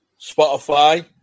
Spotify